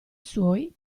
suoi